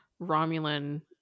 Romulan